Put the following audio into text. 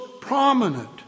prominent